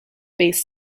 bass